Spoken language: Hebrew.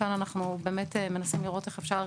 כאן אנחנו באמת מנסים לראות איך אפשר